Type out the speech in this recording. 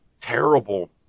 terrible